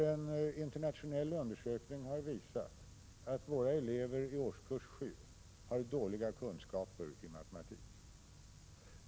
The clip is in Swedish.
En internationell undersökning har visat att våra elever i årskurs 7 har dåliga kunskaper i matematik.